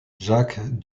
jacques